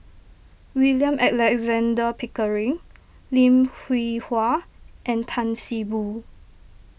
William Alexander Pickering Lim Hwee Hua and Tan See Boo